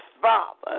Father